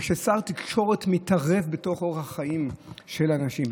וכששר התקשורת מתערב בתוך אורח החיים של אנשים,